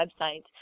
website